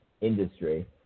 Industry